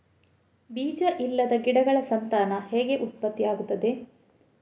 ಬೀಜ ಇಲ್ಲದ ಗಿಡಗಳ ಸಂತಾನ ಹೇಗೆ ಉತ್ಪತ್ತಿ ಆಗುತ್ತದೆ?